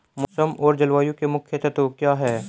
मौसम और जलवायु के मुख्य तत्व क्या हैं?